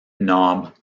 knob